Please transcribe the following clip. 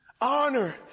Honor